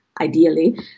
ideally